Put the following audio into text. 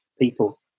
people